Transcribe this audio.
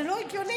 זה לא הגיוני.